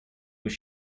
was